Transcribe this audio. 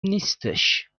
نیستش